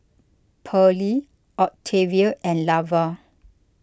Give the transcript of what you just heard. Pearley Octavia and Lavar